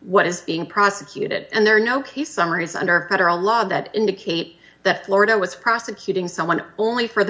what is being prosecuted and there are no key summaries under federal law that indicate that florida was prosecuting someone only for the